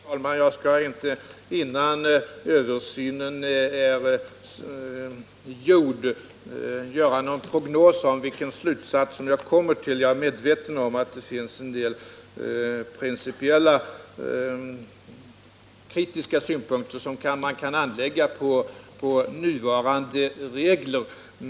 Herr talman! Jag skall inte, innan översynen är gjord, ställa någon prognos om vilken slutsats jag kommer till. Jag är medveten om att man kan anlägga vissa principiella och kritiska synpunkter på nuvarande regler.